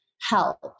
help